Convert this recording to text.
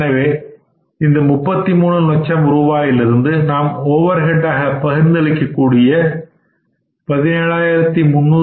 எனவே இந்த 33 லட்சம் ரூபாயிலிருந்து நாம் ஓவர் ஹெட் ஆக பகிர்ந்து அளிக்கக்கூடிய ரூ